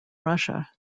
russia